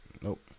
Nope